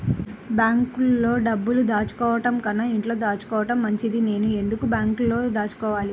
బ్యాంక్లో డబ్బులు దాచుకోవటంకన్నా ఇంట్లో దాచుకోవటం మంచిది నేను ఎందుకు బ్యాంక్లో దాచుకోవాలి?